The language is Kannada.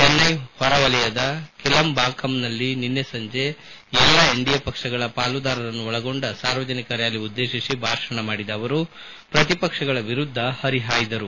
ಚೆನ್ನೈನ ಹೊರವಲಯದ ಕೆಲಂಬಾಕಂನಲ್ಲಿ ನಿನ್ನೆ ಸಂಜೆ ಎಲ್ಲ ಎನ್ಡಿಎ ಪಕ್ಷಗಳ ಪಾಲುದಾರರನ್ನು ಒಳಗೊಂಡ ಸಾರ್ವಜನಿಕ ರ್ಕಾಲಿಯನ್ನುದ್ದೇಶಿಸಿ ಭಾಷಣ ಮಾಡಿದ ಅವರು ಪ್ರತಿಪಕ್ಷಗಳ ವಿರುದ್ಧ ಪರಿಹಾಯ್ದರು